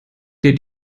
der